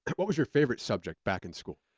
but what was your favorite subject back in school?